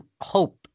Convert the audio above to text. hope